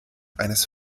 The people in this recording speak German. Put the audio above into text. eines